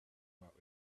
what